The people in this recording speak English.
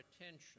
attention